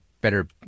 better